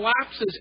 collapses